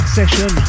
session